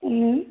हाँ